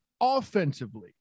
offensively